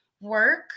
work